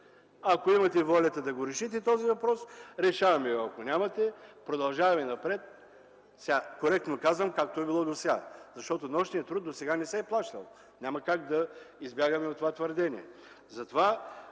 Ако имате волята да решите този въпрос – решаваме го, ако нямате – продължаваме напред, както е било досега, защото нощният труд досега не се е плащал. Няма как да избягаме от това твърдение.